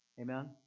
amen